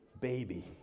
baby